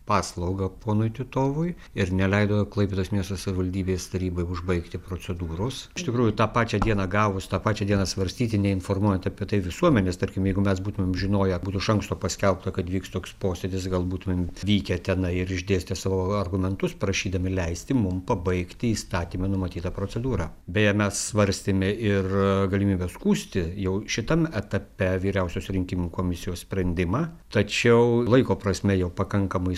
paslaugą ponui titovui ir neleido klaipėdos miesto savivaldybės tarybai užbaigti procedūros iš tikrųjų tą pačią dieną gavus tą pačią dieną svarstyti neinformuojant apie tai visuomenės tarkim jeigu mes būtumėm žinoję būtų iš anksto paskelbta kad vyks toks posėdis gal būtumėm vykę tenai ir išdėstę savo argumentus prašydami leisti mum pabaigti įstatyme numatytą procedūrą beje mes svarstėme ir galimybę skųsti jau šitam etape vyriausiosios rinkimų komisijos sprendimą tačiau laiko prasme jau pakankamai